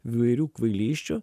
įvairių kvailysčių